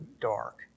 dark